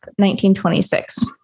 1926